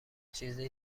چیزی